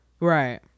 right